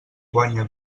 guanya